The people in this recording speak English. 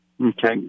Okay